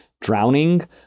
drowning